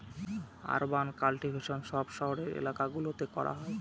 urban cultivation সব শহরের এলাকা গুলোতে করা হয়